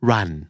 Run